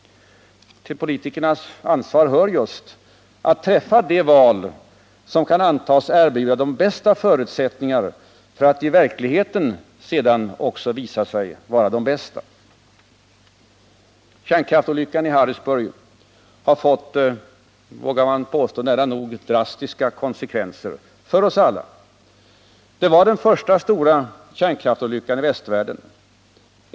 Till politikernas ansvar hörjust att träffa det val som kan antas erbjuda de bästa förutsättningarna att i verkligheten också visa sig vara det bästa. Kärnkraftsolyckan i Harrisburg har fått, vågar jag påstå, nära nog drastiska konsekvenser för oss alla. Det var den första stora kärnkraftsolyckan i västvärlden.